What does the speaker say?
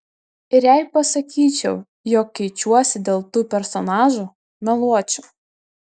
ir jei pasakyčiau jog keičiuosi dėl tų personažų meluočiau